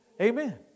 Amen